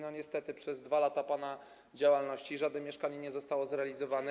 Niestety przez 2 lata pana działalności żadne mieszkanie nie zostało zrealizowane.